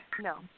No